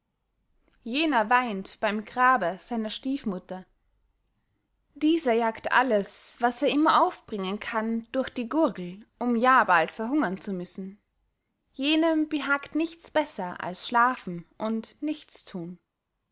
jener weint beym grabe seiner stiefmutter dieser jagt alles was er immer aufbringen kann durch die gurgel um ja bald verhungern zu müssen jenem behagt nichts besser als schlafen und nichts